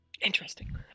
Interesting